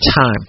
time